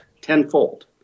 tenfold